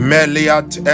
Meliat